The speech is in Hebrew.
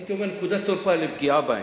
הייתי אומר נקודת תורפה לפגיעה בהם.